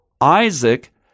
Isaac